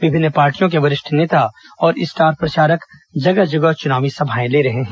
विभिन्ने पार्टियों के वरिष्ठ नेता और स्टार प्रचारक जगह जगह चुनाव सभाएं ले रहे हैं